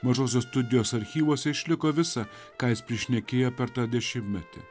mažosios studijos archyvuose išliko visa ką jis prišnekėjo per tą dešimtmetį